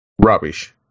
rubbish